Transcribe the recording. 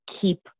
keep